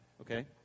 okay